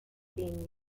being